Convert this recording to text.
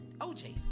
OJ